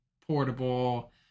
portable